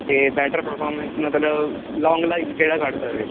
ਅਤੇ better performance ਮਤਲਬ long life ਕਿਹੜਾ ਕੱਢ ਸਕਦੇ